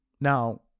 now